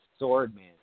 Swordman